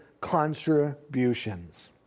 contributions